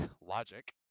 logic